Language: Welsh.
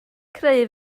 creu